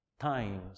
times